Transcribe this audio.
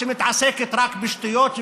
שמתעסקת רק בשטויות,